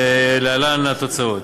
ולהלן התוצאות: